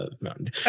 Mountain